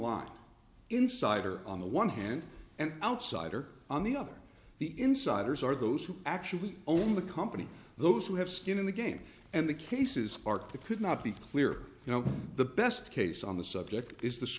line insider on the one hand and outsider on the other the insiders are those who actually own the company those who have skin in the game and the cases spark that could not be clear you know the best case on the subject is th